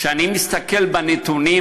כשאני מסתכל בנתונים,